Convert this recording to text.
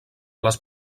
les